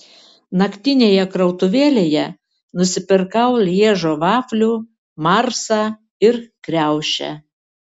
naktinėje krautuvėlėje nusipirkau lježo vaflių marsą ir kriaušę